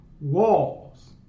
Walls